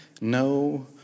no